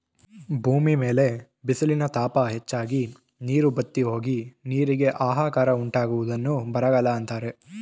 ಭೂಮಿ ಮೇಲೆ ಬಿಸಿಲಿನ ತಾಪ ಹೆಚ್ಚಾಗಿ, ನೀರು ಬತ್ತಿಹೋಗಿ, ನೀರಿಗೆ ಆಹಾಕಾರ ಉಂಟಾಗುವುದನ್ನು ಬರಗಾಲ ಅಂತರೆ